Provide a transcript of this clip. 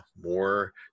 more